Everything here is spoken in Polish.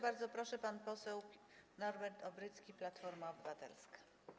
Bardzo proszę, pan poseł Norbert Obrycki, Platforma Obywatelska.